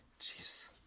Jeez